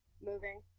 moving